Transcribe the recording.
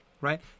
right